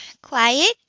Quiet